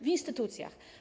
W instytucjach.